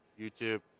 YouTube